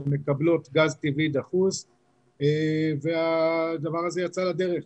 שמקבלות גז טבעי דחוס והדבר הזה יצא לדרך.